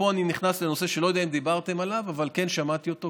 ופה אני נכנס לנושא שאני לא יודע אם דיברתם עליו אבל שמעתי אותו,